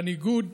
בניגוד